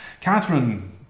Catherine